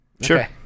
Sure